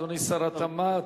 אדוני שר התעשייה,